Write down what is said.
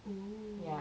oh